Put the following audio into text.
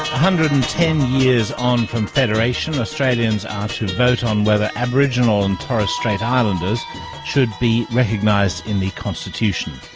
hundred and ten years on from federation, australians are to vote on whether aboriginal and torres strait islanders should be recognised in the constitution.